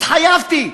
התחייבתי,